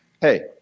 hey